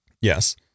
Yes